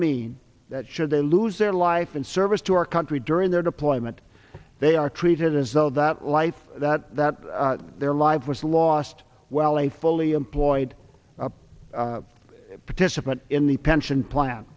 mean that should they lose their life in service to our country during their deployment they are treated as though that life that that their life was lost well i fully employed a participant in the pension plan